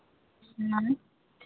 ह्म्म